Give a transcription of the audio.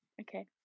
Okay